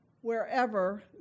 wherever